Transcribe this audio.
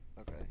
okay